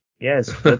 Yes